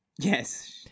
Yes